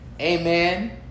Amen